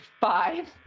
five